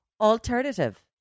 alternative